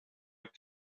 with